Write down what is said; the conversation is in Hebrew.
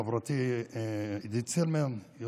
ולחברתי עידית סילמן,